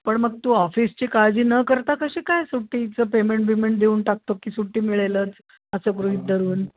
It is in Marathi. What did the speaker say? पण मग तू ऑफिसची काळजी न करता कशी काय सुट्टीचं पेमेंट बिमेंट देऊन टाकतो की सुट्टी मिळेलच असं गृहीत धरून